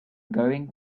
going